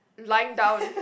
lying down